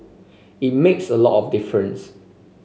it makes a lot of difference